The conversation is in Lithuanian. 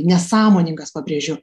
nesąmoningas pabrėžiu